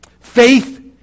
faith